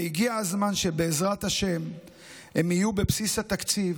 והגיע הזמן שבעזרת השם הם יהיו בבסיס התקציב,